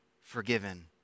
forgiven